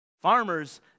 Farmers